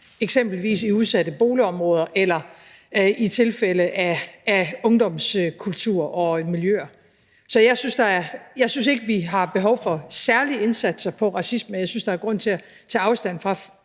eksempelvis i udsatte boligområder eller i nogle ungdomskulturer og -miljøer. Så jeg synes ikke, vi har behov for særlige indsatser mod racisme. Jeg synes, der er grund til at tage afstand fra